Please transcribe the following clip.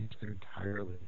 entirely